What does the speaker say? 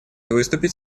выступить